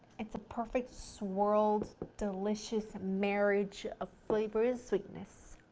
it's a perfect swirled, delicious marriage of flavors, sweetness!